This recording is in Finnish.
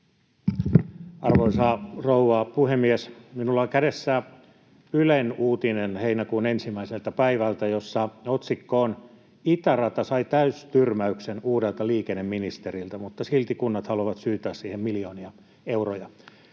Arvoisa rouva puhemies! Minulla on kädessä Ylen uutinen heinäkuun 1. päivältä, jossa otsikko on: ”Itärata sai täystyrmäyksen uudelta liikenneministeriltä, mutta silti kunnat haluavat syytää siihen miljoonia euroja”.